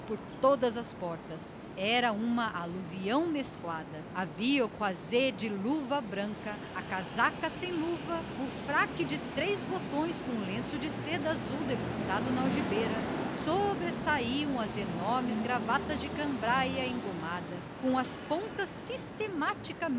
por todas as portas era uma aluvião mesclada havia o croisé de luva branca a casaca sem luva o fraque de três botões com o lenço de seda azul debruçado na algibeira sobressaíam as enormes gravatas de cambraia engomada com as pontas